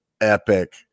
epic